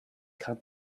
cut